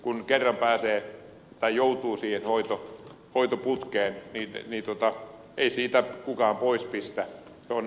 kun kerran pääsee tai joutuu siihen hoitoputkeen niin ei siitä kukaan pois pistä